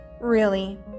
Really